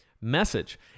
message